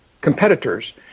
competitors